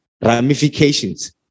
ramifications